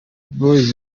boys